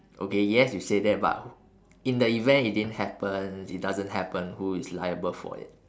okay yes you say that but in the event it didn't happen it doesn't happen who is liable for it